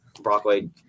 Brockway